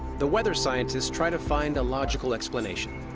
the weather scientists try to find a logical explanation.